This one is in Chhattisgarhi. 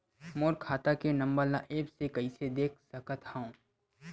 मोर खाता के नंबर ल एप्प से कइसे देख सकत हव?